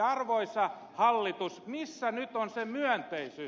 arvoisa hallitus missä nyt on se myönteisyys